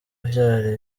vyari